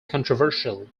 controversial